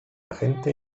agente